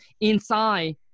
inside